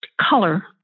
color